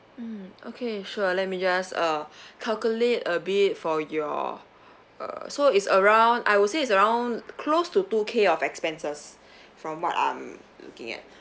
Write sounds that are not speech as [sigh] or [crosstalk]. mm okay sure let me just uh [breath] calculate a bit for your uh so is around I would say is around close to two K of expenses [breath] from what I'm looking at